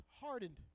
hardened